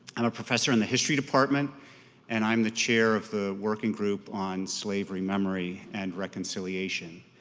i'm a professor in the history department and i'm the chair of the working group on slavery memory and reconciliation.